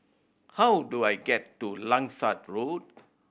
how do I get to Langsat Road